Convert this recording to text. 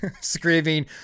Screaming